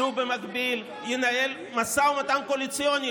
שבמקביל ינהל משא ומתן קואליציוני,